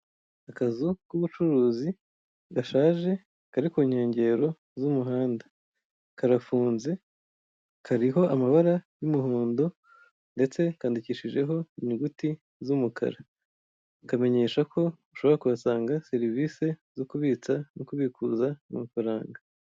Akazu k'ubucuruzi gasaje kari ku nkengero z'umuhanda, karafunze kariho amabara y'umuhondo, ndetse kandikishijeho inyuguti z'umukara, kamenyesha ko ushobora kuhasanga serivise zo kubitsa no kubikuza amafaranga.